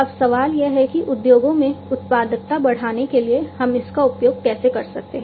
अब सवाल यह है कि उद्योगों में उत्पादकता बढ़ाने के लिए हम इसका उपयोग कैसे कर सकते हैं